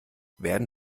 werden